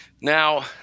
now